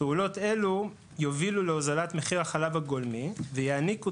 פעולות אלו יובילו להוזלת מחיר החלב הגולמי ויעניקו